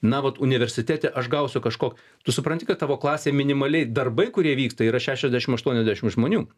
na vat universitete aš gausiu kažkok tu supranti kad tavo klasė minimaliai darbai kurie vyksta yra šešiasdešim aštuoniasdešim žmonių